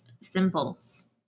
symbols